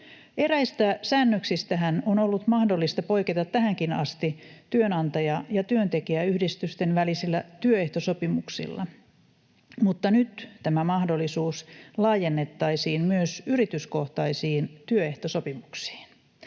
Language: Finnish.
Eräistä säännöksistähän on ollut mahdollista poiketa tähänkin asti työnantaja- ja työntekijäyhdistysten välisillä työehtosopimuksilla, mutta nyt tämä mahdollisuus laajennettaisiin myös yrityskohtaisiin työehtosopimuksiin.